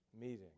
meeting